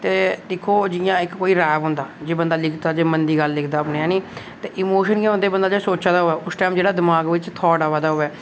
ते दिक्खो जि'यां इक्क कोई रैप होंदा जे बंदा लिखदा बनदी गल्ल ते लिखदा ते इमोशन केह् होंदे जि'यां बंदा सोचा दा होऐ उस टाईम जेह्ड़ा थॉट बंदे दे मनै च आवा दा होऐ